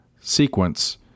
sequence